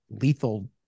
lethal